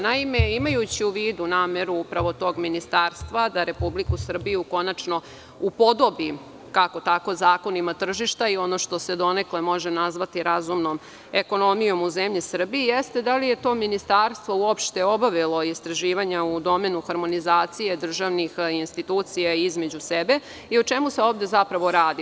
Naime, imajući u vidu nameru upravo tog ministarstva da Republiku Srbiju konačno upodobi kako-tako zakonima tržišta i ono što se donekle može nazvati razumnom ekonomijom u zemlji Srbiji jeste da li je to ministarstvo uopšte obavilo istraživanja u domenu harmonizacije državnih institucija između sebe i o čemu se ovde zapravo radi?